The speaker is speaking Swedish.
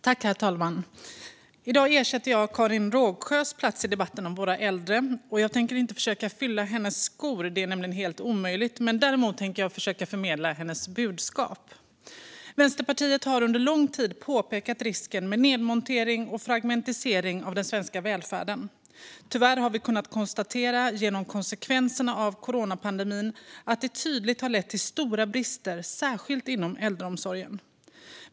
Herr talman! I dag ersätter jag Karin Rågsjö i debatten om våra äldre. Jag tänker inte försöka fylla hennes skor - det är nämligen helt omöjligt - men däremot försöka förmedla hennes budskap. Vänsterpartiet har under lång tid påpekat risken med nedmontering och fragmentisering av den svenska välfärden. Tyvärr har vi kunnat konstatera, genom konsekvenserna av coronapandemin, att detta tydligt har lett till stora brister särskilt inom äldreomsorgen.